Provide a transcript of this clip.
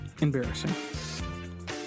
Embarrassing